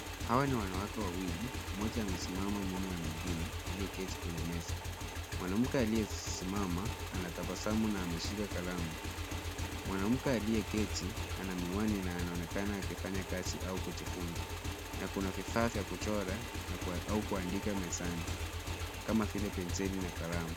Hawa ni wanawake wawili, mmoja amesimama nyuma ya mwingine, aliyeketi kwenye meza. Mwanamke aliyesimama, anatabasamu na ameshika kalamu. Mwanamke aliyeketi, ana miwani na anaonekana akifanya kazi au kujifunza, na kuna vifaa vya kuchora au kuandika mezani, kama vile penseli na kalamu.